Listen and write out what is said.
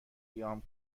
قیام